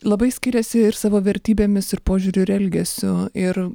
labai skiriasi ir savo vertybėmis ir požiūriu ir elgesiu ir